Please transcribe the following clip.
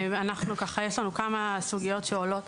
יש לנו כמה סוגיות שעולות,